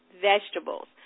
vegetables